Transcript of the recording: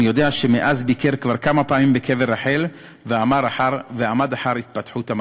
ואני יודע שמאז ביקר כבר כמה פעמים בקבר רחל ועקב אחר התפתחות המקום.